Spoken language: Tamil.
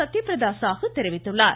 சத்தியபிரதா சாகு தெரிவித்துள்ளார்